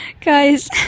guys